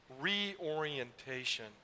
Reorientation